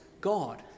God